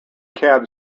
cab